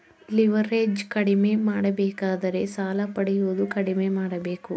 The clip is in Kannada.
ಲಿವರ್ಏಜ್ ಕಡಿಮೆ ಮಾಡಬೇಕಾದರೆ ಸಾಲ ಪಡೆಯುವುದು ಕಡಿಮೆ ಮಾಡಬೇಕು